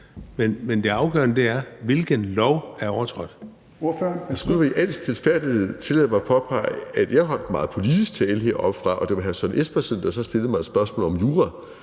Ordføreren, værsgo. Kl. 16:11 Martin Lidegaard (RV): Nu vil jeg i al stilfærdighed tillade mig at påpege, at jeg holdt en meget politisk tale heroppefra, og at det var hr. Søren Espersen, der så stillede mig et spørgsmål om jura.